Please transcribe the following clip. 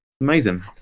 Amazing